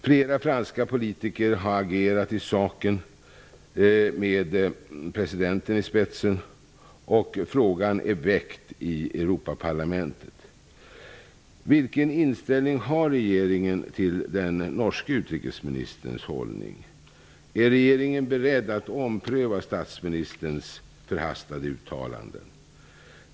Flera franska politiker med presidenten i spetsen har agerat i saken, och frågan är väckt i Vilken inställning har regeringen till den norske utrikesministerns hållning? Är regeringen beredd att ompröva statsministerns förhastade uttalanden?